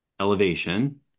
elevation